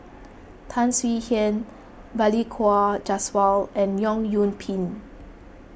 Tan Swie Hian Balli Kaur Jaswal and Leong Yoon Pin